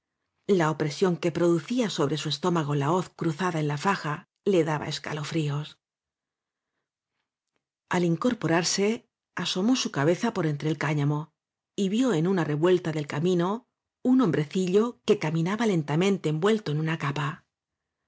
la opresión que producía sobre su estó mago la hoz cruzada en la faja le daba es calofríos al incorporarse asomó su cabeza por entre el cañámo y vió en una revuelta del camino un hombrecillo que caminaba lentamente en vuelto en una capa